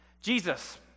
Jesus